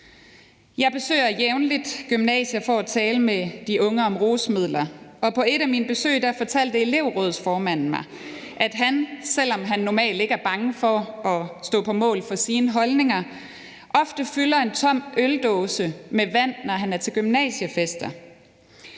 Jeg besøger jævnligt gymnasier for at tale med de unge om rusmidler, og på et af mine besøg fortalte elevrådsformanden mig, at han, selv om han normalt ikke er bange for at stå på mål for sine holdninger, ofte fylder en tom øldåse med vand, når han er til gymnasiefester,